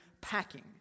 packing